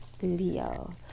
Leo